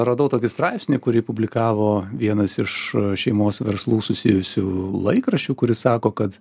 radau tokį straipsnį kurį publikavo vienas iš šeimos verslų susijusių laikraščių kuris sako kad